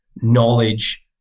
knowledge